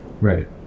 right